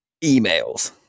Emails